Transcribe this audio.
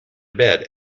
bed